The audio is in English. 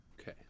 okay